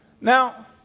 Now